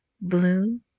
blue